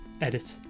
edit